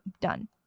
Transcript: done